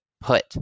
put